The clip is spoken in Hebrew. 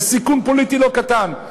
זה סיכון פוליטי לא קטן.